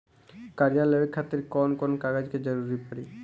कर्जा लेवे खातिर कौन कौन कागज के जरूरी पड़ी?